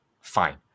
Fine